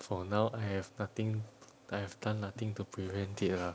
for now I have nothing I have done nothing to prevent it lah